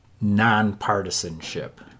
non-partisanship